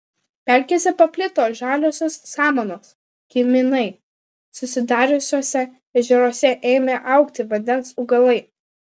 pelkėse paplito žaliosios samanos kiminai susidariusiuose ežeruose ėmė augti vandens augalai